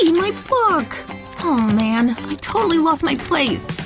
you know my book! aw man! i totally lost my place!